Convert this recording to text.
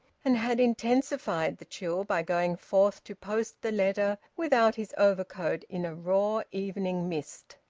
and had intensified the chill by going forth to post the letter without his overcoat in a raw evening mist.